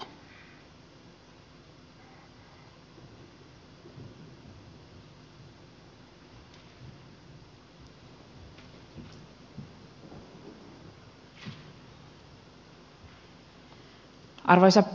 arvoisa puhemies